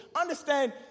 Understand